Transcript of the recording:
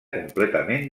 completament